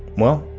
well,